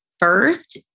first